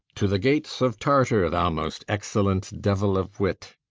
to the gates of tartar, thou most excellent devil of wit!